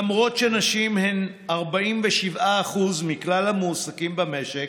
למרות שנשים הן 47% מכלל המועסקים במשק,